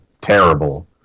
terrible